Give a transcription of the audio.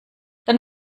dann